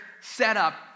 setup